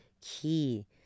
key